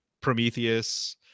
Prometheus